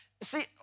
see